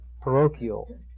parochial